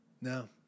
No